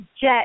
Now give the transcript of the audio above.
Jet